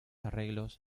arreglos